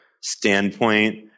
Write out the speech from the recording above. standpoint